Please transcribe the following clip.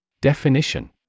Definition